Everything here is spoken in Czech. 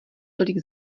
tolik